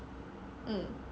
mm